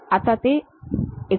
आता ते 49